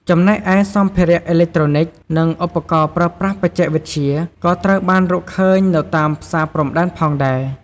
ចំណែកឯ សម្ភារៈអេឡិចត្រូនិក និងឧបករណ៍ប្រើប្រាស់បច្ចេកវិទ្យា ក៏ត្រូវបានរកឃើញនៅតាមផ្សារព្រំដែនផងដែរ។